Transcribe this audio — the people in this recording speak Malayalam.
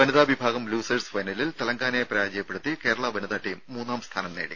വനിതാ വിഭാഗം ലൂസേഴ്സ് ഫൈനലിൽ തെലങ്കാനയെ പരാജയപ്പെടുത്തി കേരള വനിതാ ടീം മൂന്നാം സ്ഥാനം നേടി